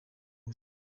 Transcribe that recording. gusa